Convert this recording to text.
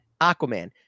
Aquaman